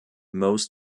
most